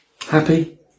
Happy